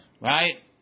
Right